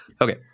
okay